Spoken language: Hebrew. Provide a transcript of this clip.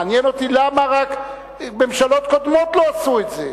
מעניין אותי רק למה ממשלות קודמות לא עשו את זה.